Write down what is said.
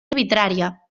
arbitrària